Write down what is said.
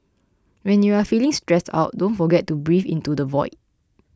when you are feeling stressed out don't forget to breathe into the void